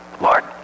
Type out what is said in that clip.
Lord